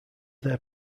their